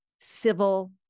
civil